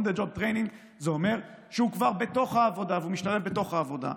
on the job training זה אומר שהוא כבר בתוך העבודה ומשתלב בתוך העבודה.